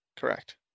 Correct